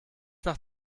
nach